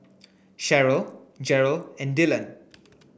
Sheryll Jerel and Dylon